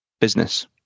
business